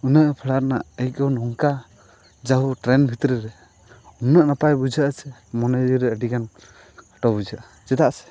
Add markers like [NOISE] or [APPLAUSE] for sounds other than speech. ᱚᱱᱟ ᱯᱷᱟᱲᱟ ᱨᱮᱱᱟᱜ ᱟᱹᱭᱠᱟᱹᱣ ᱱᱚᱝᱠᱟ ᱡᱟᱦᱟᱸ ᱴᱨᱮᱹᱱ ᱵᱷᱤᱛᱨᱤ ᱨᱮ ᱱᱩᱱᱟᱹᱜ ᱱᱟᱯᱟᱭ ᱵᱩᱡᱷᱟᱹᱜᱼᱟᱥᱮ ᱢᱚᱱᱮᱨᱮ ᱟᱹᱰᱤᱜᱟᱱ [UNINTELLIGIBLE] ᱵᱩᱡᱷᱟᱹᱜᱼᱟ ᱪᱮᱫᱟᱜ ᱥᱮ